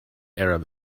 arab